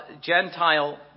Gentile